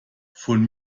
von